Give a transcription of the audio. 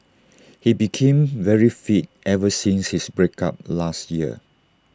he became very fit ever since his break up last year